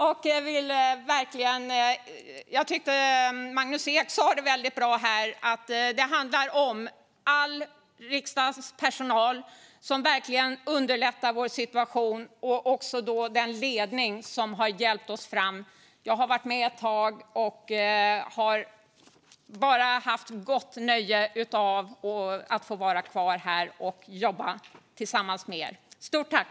Magnus Ek sa det väldigt bra; det handlar om all riksdagens personal som verkligen underlättar för oss och om den ledning som har hjälpt oss fram. Jag har varit med ett tag, och det har varit ett stort nöje att få vara kvar här och jobba tillsammans med er. Stort tack!